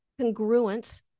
congruent